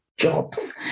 Jobs